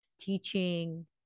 teaching